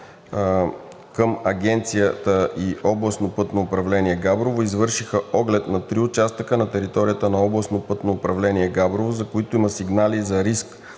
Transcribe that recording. към Агенцията и Областно пътно управление – Габрово, извършиха оглед на три участъка на територията на Областно пътно управление – Габрово, за които има сигнали за риск